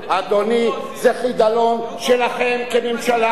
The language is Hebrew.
אדוני, זה חידלון שלכם כממשלה.